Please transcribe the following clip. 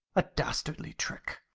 a dastardly trick!